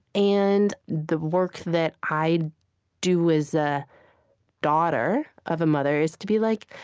and the work that i do as a daughter of a mother is to be like,